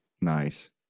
Nice